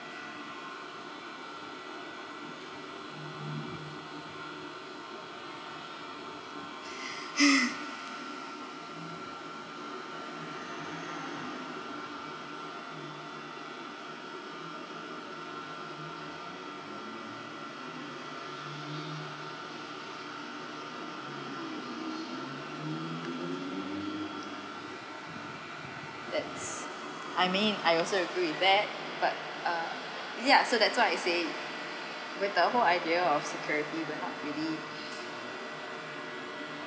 that's I mean I also agree with that but uh ya so that's why I say with the whole idea of security brought up really